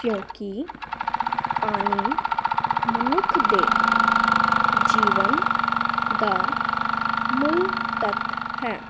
ਕਿਉਂਕਿ ਪਾਣੀ ਮਨੁੱਖ ਦੇ ਜੀਵਨ ਦਾ ਮੂਲ ਤੱਤ ਹੈ